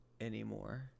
anymore